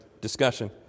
discussion